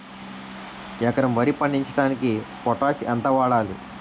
ఎకరం వరి పండించటానికి పొటాష్ ఎంత వాడాలి?